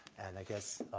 and i guess,